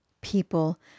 people